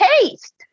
taste